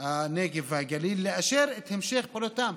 הנגב והגליל, לאשר את המשך פעולתן.